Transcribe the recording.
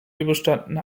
überstanden